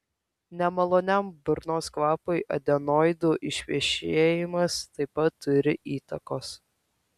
nemaloniam burnos kvapui adenoidų išvešėjimas taip pat turi įtakos